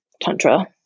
Tantra